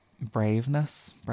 Braveness